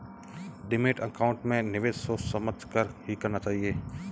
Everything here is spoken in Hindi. डीमैट अकाउंट में निवेश सोच समझ कर ही करना चाहिए